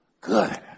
good